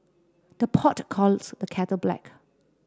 the pot calls the kettle black